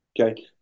Okay